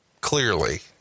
clearly